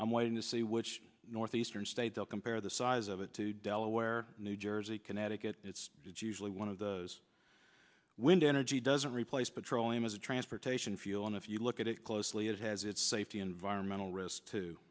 i'm waiting to see which northeastern state they'll compare the size of it to delaware new jersey connecticut it's usually one of those wind energy doesn't replace petroleum as a transportation fuel and if you look at it closely it has its safety environmental risk to